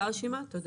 קראנו